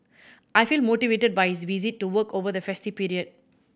I feel motivated by his visit to work over the festive period